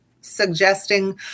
suggesting